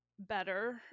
better